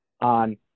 on